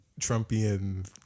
Trumpian